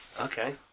Okay